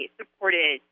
supported